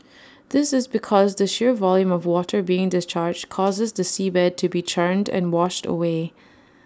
this is because the sheer volume of water being discharged causes the seabed to be churned and washed away